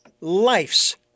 life's